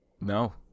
No